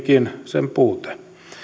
sen puute